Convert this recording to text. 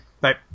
Bye